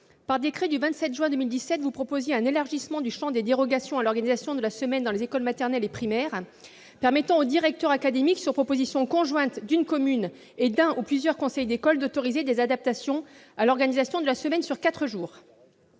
par décret du 27 juin 2017, vous proposiez un élargissement du champ des dérogations à l'organisation de la semaine dans les écoles maternelles et primaires permettant au directeur académique, sur proposition conjointe d'une commune et d'un ou de plusieurs conseils d'école, d'autoriser des adaptations à l'organisation de la semaine sur quatre jours.